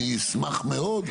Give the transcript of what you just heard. אני אשמח מאוד,